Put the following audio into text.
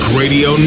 radio